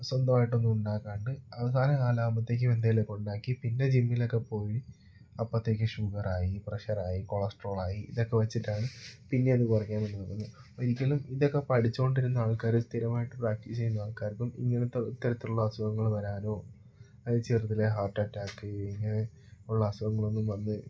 സ്വന്തമായിട്ടൊന്നും ഉണ്ടാക്കാണ്ട് അവസാനം കാലാവുമ്പത്തേക്കും എന്തേലുമൊക്കെ ഉണ്ടാക്കി പിന്നെ ജിമ്മിലൊക്കെ പോയി അപ്പത്തേക്ക് ഷുഗറായി പ്രഷറായി കൊളസ്ട്രോളായി ഇതൊക്കെ വെച്ചിട്ടാണ് പിന്നെ അത് കുറയ്ക്കാൻ വേണ്ടി വരുന്നത് ഒരിക്കലും ഇതൊക്കെ പഠിച്ചു കൊണ്ടിരുന്ന ആൾക്കാര് സ്ഥിരമായിട്ട് പ്രാക്ടീസ് ചെയ്യുന്ന ആൾക്കാർക്കും ഇങ്ങനത്തെ ഇത്തരത്തിലുള്ള അസുഖങ്ങൾ വരാനോ അത് ചെറുതിലെ ഹാർട്ട് അറ്റാക്ക് ഇങ്ങനെ ഉള്ള അസുഖങ്ങളൊന്നും വന്ന്